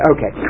Okay